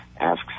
asks